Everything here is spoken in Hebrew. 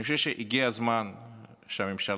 אני חושב שהגיע הזמן שהממשלה,